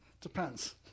depends